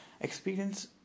experience